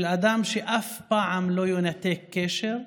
אדם שאף פעם לא ינתק קשר,